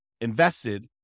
invested